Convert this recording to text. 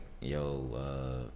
yo